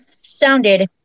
sounded